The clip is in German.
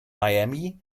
miami